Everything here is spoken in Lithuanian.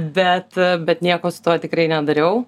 bet bet nieko su tuo tikrai nedariau